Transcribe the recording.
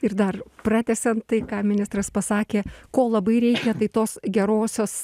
ir dar pratęsiant tai ką ministras pasakė ko labai reikia tai tos gerosios